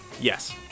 Yes